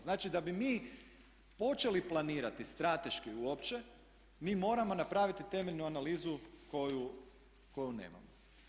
Znači da bi mi počeli planirati strateški uopće mi moramo napraviti temeljnu analizu koju nemamo.